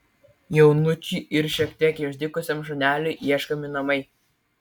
jaunučiui ir šiek tiek išdykusiam šuneliui ieškomi namai